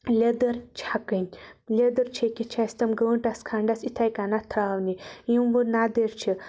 لیٚدٕر چھَکٕنۍ لیٚدٕر چھَکِتھ چھِ اَسہِ تِم گٲنٹَس کھَنڈَس اِتھے کٔنیٚتھ تھاونہِ یِم وۄنۍ نَدٕرۍ چھِ